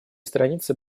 страницы